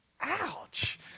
ouch